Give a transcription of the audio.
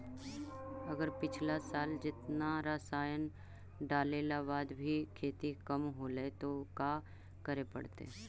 अगर पिछला साल जेतना रासायन डालेला बाद भी खेती कम होलइ तो का करे पड़तई?